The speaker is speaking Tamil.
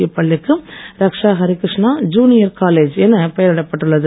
இப்பள்ளிக்கு ரக்க்ஷா அரிக்கிருஷ்ணா ஜுனியர் காலேஜ் என பெயரிடப்பட்டுள்ளது